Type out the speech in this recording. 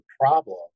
problem